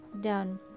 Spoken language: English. done